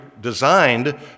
designed